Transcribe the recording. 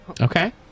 Okay